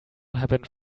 happened